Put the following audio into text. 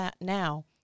now